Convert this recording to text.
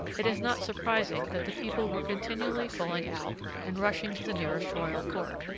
it is not surprising that the people were continually falling out and rushing to the nearest royal court.